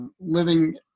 living